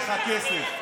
זה לא שאין לך כסף,